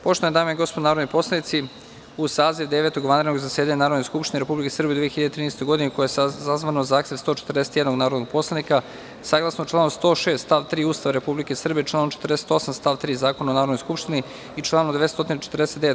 Poštovane dame i gospodo narodni poslanici, uz saziv Devetog vanrednog zasedanja Narodne skupštine Republike Srbije u 2013. godini, koje je sazvano na zahtev 141 narodnog poslanika, saglasno članu 106. stav 3. Ustava Republike Srbije, članu 48. stav 3. Zakona o Narodnoj skupštini i članu 249.